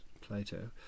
Plato